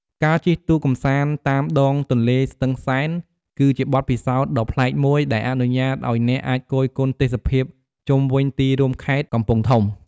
ការជិះទូកកម្សាន្តតាមដងទន្លេស្ទឹងសែន គឺជាបទពិសោធន៍ដ៏ប្លែកមួយដែលអនុញ្ញាតឲ្យអ្នកអាចគយគន់ទេសភាពជុំវិញទីរួមខេត្តកំពង់ធំ។